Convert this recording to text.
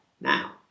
now